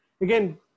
again